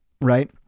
right